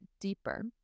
deeper